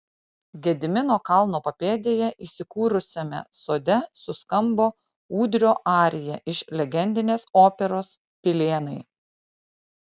gedimino kalno papėdėje įsikūrusiame sode suskambo ūdrio arija iš legendinės operos pilėnai